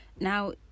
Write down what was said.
Now